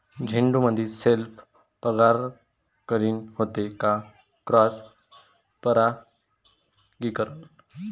झेंडूमंदी सेल्फ परागीकरन होते का क्रॉस परागीकरन?